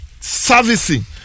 servicing